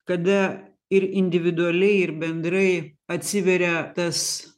kada ir individualiai ir bendrai atsiveria tas